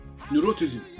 Neurotism